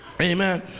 amen